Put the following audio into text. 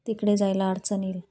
तिकडे जायला अडचण येईल